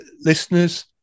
listeners